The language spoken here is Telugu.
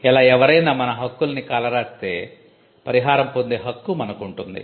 ఇలా ఎవరైనా మన హక్కుల్ని కాలరాస్తే పరిహారం పొందే హక్కు మనకుంటుంది